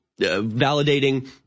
validating